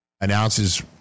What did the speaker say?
announces